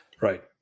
right